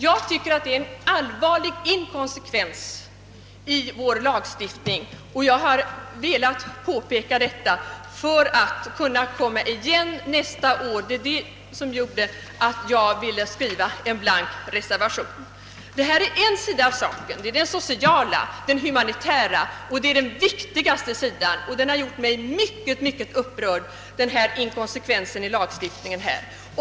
Jag tycker att det är en allvarlig inkonsekvens i vår lagstiftning, och jag har velat påpeka detta för att kunna komma igen nästa år. Det var detta som gjorde att jag ville anteckna en blank reservation. Detta är en sida av saken — den sociala, den humanitära och den viktigaste sidan — och denna inkonsekvens i lagstiftningen har gjort mig mycket upprörd.